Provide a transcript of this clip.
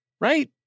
right